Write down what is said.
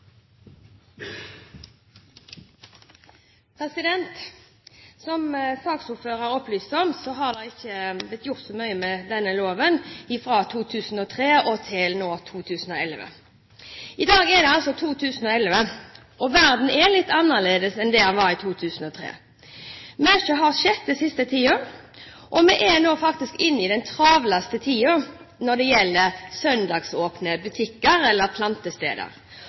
mye med denne loven fra 2003 og til nå, i 2011. I dag er vi altså i 2011, og verden er litt annerledes enn den var i 2003. Mye har skjedd den siste tiden. Vi er nå faktisk inne i den travleste tiden når det gjelder søndagsåpne butikker – eller plantesteder.